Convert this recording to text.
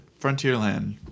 Frontierland